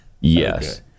Yes